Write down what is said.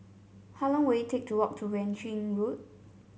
how long will it take to walk to Yuan Ching Road